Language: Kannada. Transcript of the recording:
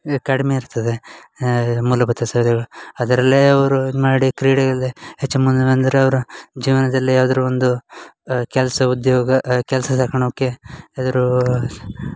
ಏ ಕಡಿಮೆ ಇರ್ತದೆ ಮೂಲಭೂತ ಅದರಲ್ಲೇ ಅವರು ಇದು ಮಾಡಿ ಕ್ರೀಡೆಯಲ್ಲಿ ಹೆಚ್ಚು ಮುಂದೆ ಬಂದರೆ ಅವರು ಜೀವನದಲ್ಲಿ ಯಾವ್ದರೂ ಒಂದು ಕೆಲಸ ಉದ್ಯೋಗ ಆ ಕೆಲಸ ತಕೊಳೋಕ್ಕೆ ಯಾವ್ದಾರೂ